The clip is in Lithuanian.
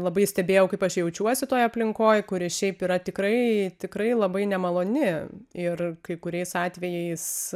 labai stebėjau kaip aš jaučiuosi toj aplinkoj kuri šiaip yra tikrai tikrai labai nemaloni ir kai kuriais atvejais